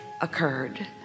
occurred